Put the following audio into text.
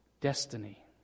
Destiny